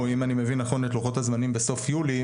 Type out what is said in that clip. אם אני מבין נכון את לוחות הזמנים בסוף יולי,